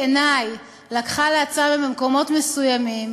בעיני כן לקחה לעצמה במקומות מסוימים